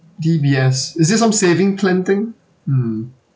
D_B_S is it some saving plan thing mm